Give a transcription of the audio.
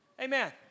Amen